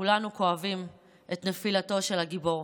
כולנו כואבים את נפילתו של הגיבור.